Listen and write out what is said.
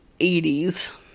80s